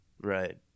Right